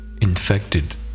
infected